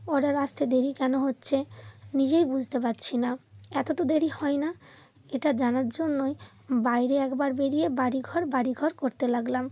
order আসতে দেরি কেন হচ্ছে নিজেই বুঝতে পারছি না এত তো দেরি হয় না এটা জানার জন্যই বাইরে একবার বেরিয়ে বাড়ি ঘর বাড়ি ঘর করতে লাগলাম